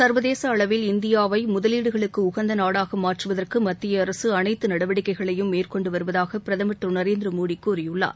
ச்வதேச அளவில் இந்தியாவை முதலீடுகளுக்கு உகந்த நாடாக மாற்றுவதற்கு மத்திய அரசு அனைத்து நடவடிக்கைகளையும் மேற்கொண்டு வருவதாக பிரதமர் திரு நரேந்திரமோடி கூறியுள்ளார்